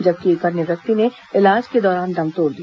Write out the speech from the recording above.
जबकि एक अन्य व्यक्ति ने इलाज के दौरान दम तोड़ दिया